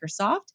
Microsoft